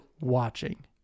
watching